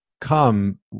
come